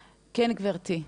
כן, גברתי.